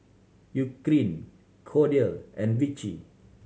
Eucerin Kordel and Vichy